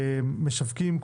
משווקים.